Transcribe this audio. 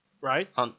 Right